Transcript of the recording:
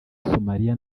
somalia